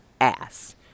ass